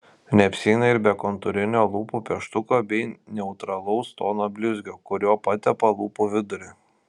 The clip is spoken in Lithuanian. neapsieina ir be kontūrinio lūpų pieštuko bei neutralaus tono blizgio kuriuo patepa lūpų vidurį